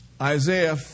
Isaiah